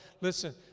Listen